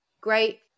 great